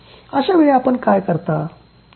अशा वेळी आपण काय करता